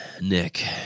nick